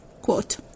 Quote